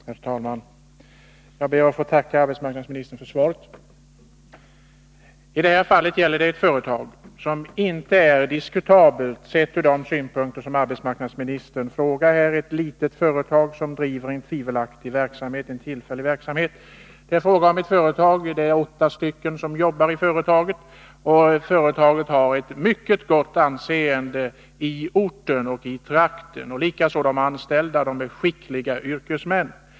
Herr talman! Jag ber att få tacka arbetsmarknadsministern för svaret. I det här fallet gäller det ett företag som inte är diskutabelt sett ur arbetsmarknadsministerns synpunkt. Det är inte fråga om ett litet företag som driver en tvivelaktig tillfällig verksamhet, utan det gäller ett företag som har ett mycket gott anseende i trakten, liksom de åtta som jobbar där. De är skickliga yrkesmän.